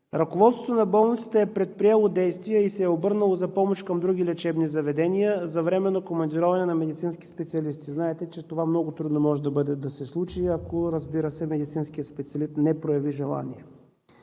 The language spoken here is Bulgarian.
Ръководството на болницата е предприело действия и се е обърнало за помощ към други лечебни заведения за временно командироване на медицински специалисти. Знаете, че това много трудно може да се случи, разбира се, ако медицинският специалист не прояви желание.